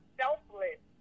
selfless